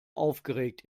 aufgeregt